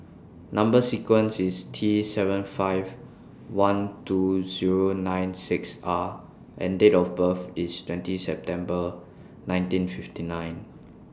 Number sequence IS T seven five one two Zero nine six R and Date of birth IS twenty September nineteen fifty nine